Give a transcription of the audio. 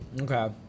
Okay